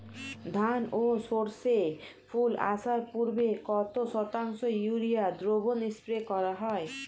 ধান ও সর্ষে ফুল আসার পূর্বে কত শতাংশ ইউরিয়া দ্রবণ স্প্রে করা হয়?